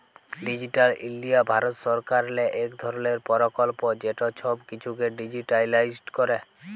digital India Bharat সরকারেরলে ইক ধরলের পরকল্প যেট ছব কিছুকে ডিজিটালাইস্ড ক্যরে